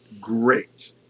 great